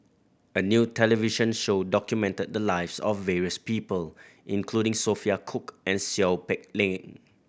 a new television show documented the lives of various people including Sophia Cooke and Seow Peck Leng